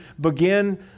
begin